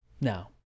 Now